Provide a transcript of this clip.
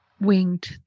winged